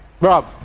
Rob